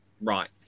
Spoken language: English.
Right